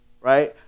right